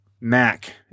Mac